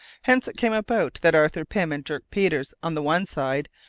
hence it came about that arthur pym and dirk peters on the one side,